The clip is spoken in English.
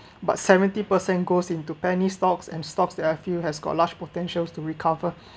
but seventy percent goes into penny stocks and stocks that I feel has got large potentials to recover